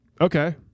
Okay